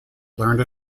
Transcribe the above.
learned